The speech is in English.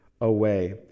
away